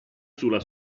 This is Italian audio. sulla